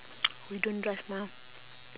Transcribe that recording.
we don't drive mah